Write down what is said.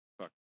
Fuck